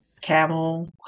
Camel